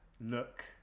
look